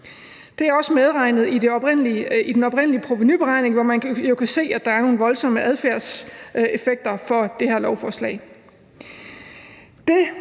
Det er også medregnet i den oprindelige provenuberegning, hvor man jo kan se, at der er nogle voldsomme adfærdseffekter af det her forslag.